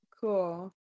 Cool